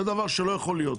זה דבר שלא יכול להיות